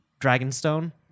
Dragonstone